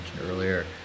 earlier